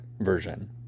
version